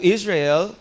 Israel